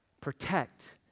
protect